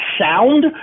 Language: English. sound